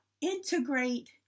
integrate